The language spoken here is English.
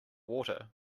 water